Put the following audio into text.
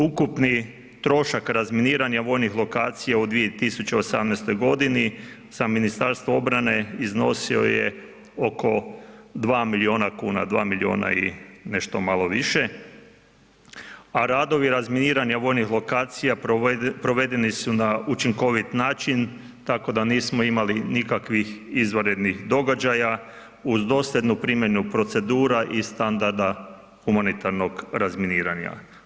Ukupni trošak razminiranja vojnih lokacija u 2018. g. za Ministarstvo obrane iznosio je oko 2 milijuna kuna, 2 milijuna i nešto malo više, a radovi razminiranja vojih lokacija, provedeni su na učinkovit način, tako da nismo imali nikakvih izvanrednih događaja, uz dosljednu primjenu procedura i standarda humanitarnog razminiranja.